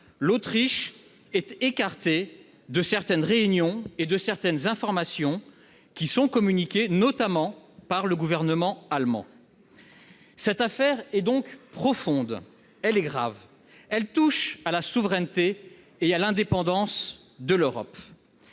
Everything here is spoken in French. l'Autriche est écartée de certaines réunions et de certaines informations, qui sont communiquées, notamment, par le gouvernement allemand. Cette affaire est donc profonde et grave. Elle touche à la souveraineté et à l'indépendance de l'Europe.